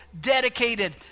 dedicated